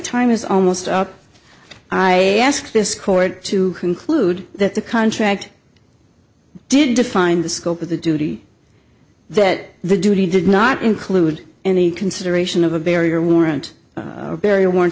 time is almost up i ask this court to conclude that the contract did define the scope of the duty that the duty did not include any consideration of a barrier warrant or bury a war